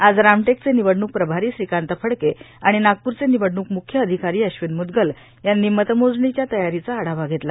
आज रामटेकचे निवडणूक प्रभारी श्रीकांत फडके आणि नागपूरचे निवडणूक म्ख्य अधिकारी अश्विन मूदगल यांनी मतमोजणीच्या तयारीचा आढावा घेतला